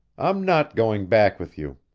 i'm not going back with you.